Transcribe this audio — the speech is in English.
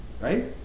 Right